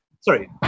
Sorry